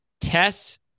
Tess